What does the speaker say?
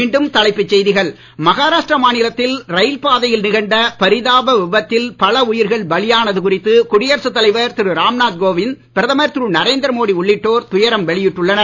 மீண்டும் தலைப்புச் செய்திகள் மகாராஷ்டிர மாநிலத்தில் ரயில் பாதையில் நிகழ்ந்த பரிதாப விபத்தில் பல உயிர்கள் பலியானது குறித்து குடியரசு தலைவர் திரு ராம் நாத் கோவிந்த் பிரதமர் திரு நரேந்திர மோடி உள்ளிட்டோர் துயரம் வெளியிட்டுள்ளனர்